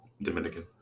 Dominican